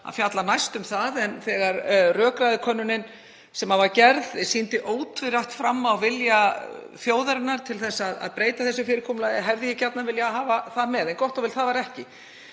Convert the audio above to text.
að fjalla næst um það. En þegar rökræðukönnunin sem gerð var sýndi ótvírætt fram á vilja þjóðarinnar til að breyta því fyrirkomulagi hefði ég gjarnan viljað hafa það með. En gott og vel, það varð ekki.